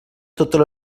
totes